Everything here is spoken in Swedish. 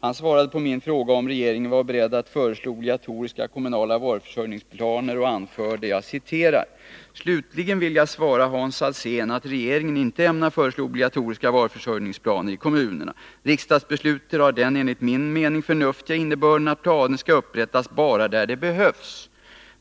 Han svarade på min fråga om regeringen var beredd att föreslå obligatoriska kommunala varuförsörjningsplaner och anförde följande: ”Slutligen vill jag svara Hans Alsén att regeringen inte ämnar föreslå obligatoriska varuförsörjningsplaner i kommunerna. Riksdagsbeslutet har den enligt min mening förnuftiga innebörden att planer skall upprättas bara där de behövs.